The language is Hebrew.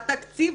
מהתקציב,